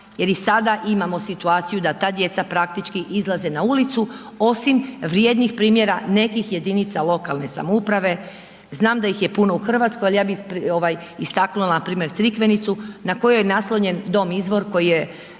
jer i sada imamo situaciju da ta djeca praktički izlaze na ulicu osim vrijednih primjera nekih jedinica lokalne samouprave, znam da ih je puno u Hrvatskoj ali ja bih istaknula npr. Crikvenicu na kojoj je naslonjen dom „Izvor“ koji je